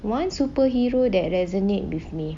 one superhero that resonate with me